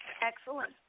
Excellent